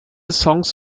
songs